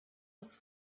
aus